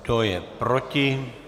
Kdo je proti?